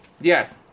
Yes